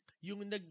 yung